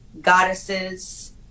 goddesses